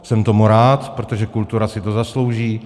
Jsem tomu rád, protože kultura si to zaslouží.